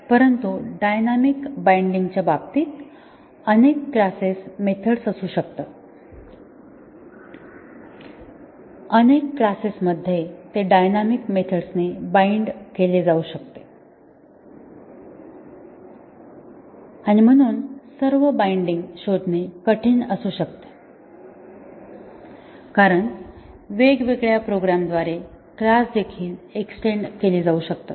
परंतु डायनॅमिक बाइंडिंगच्या बाबतीत अनेक क्लासेस मेथड्स असू शकतात अनेक क्लासेसमध्ये ते डायनॅमिक मेथड्स ने बाइंड केले जाऊ शकते आणि म्हणून सर्व बाइंडिंग शोधणे कठीण असू शकते कारण वेगवेगळ्या प्रोग्रामरद्वारे क्लास देखील एक्सटेन्ड केले जाऊ शकतात